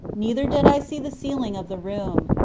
neither did i see the ceiling of the room.